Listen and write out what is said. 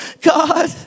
God